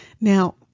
Now